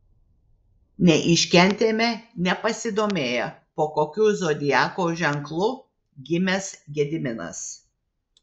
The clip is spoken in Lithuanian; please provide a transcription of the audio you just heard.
neiškentėme nepasidomėję po kokiu zodiako ženklu gimęs gediminas